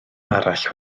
arall